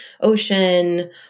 ocean